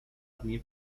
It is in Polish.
dni